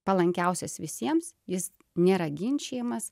palankiausias visiems jis nėra ginčijamas